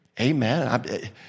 Amen